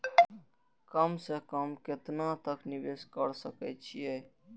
कम से कम केतना तक निवेश कर सके छी ए?